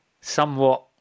somewhat